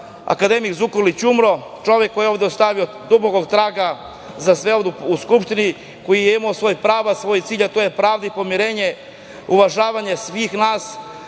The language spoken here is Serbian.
akademik Zukorlić umro, čovek koji je ovde ostavio duboki trag za sve ovde u Skupštini, koji je imao svoja prava, svoj cilj, a to je pravda i pomirenje, uvažavanje svih nas